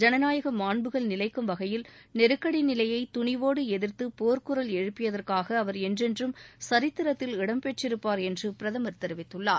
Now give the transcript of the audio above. ஜனநாயக மாண்புகள் நிலைக்கும் வகையில் நெருக்ஷடி நிலையை துணிவோடு எதிர்த்து போர்க்குரல் எழுப்பியதற்காக அவர் என்றென்றும் சித்திரத்தில் இடம்பெற்றிருப்பார் என்று பிரதமர் தெரிவித்துள்ளார்